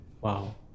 wow